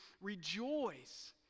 rejoice